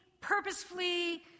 purposefully